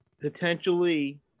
potentially –